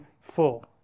full